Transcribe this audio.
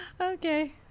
okay